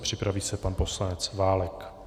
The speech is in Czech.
Připraví se pan poslanec Válek.